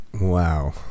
Wow